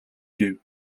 гэв